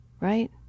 Right